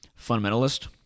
fundamentalist